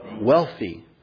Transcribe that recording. wealthy